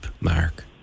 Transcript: Mark